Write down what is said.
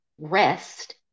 rest